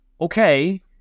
Okay